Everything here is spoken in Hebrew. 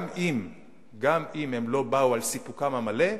גם אם הם לא באו על סיפוקם המלא.